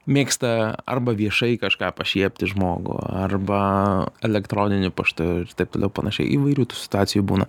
mėgsta arba viešai kažką pašiepti žmogų arba elektroniniu paštu ir taip toliau ir panašiai įvairių situacijų būna